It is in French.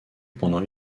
pendant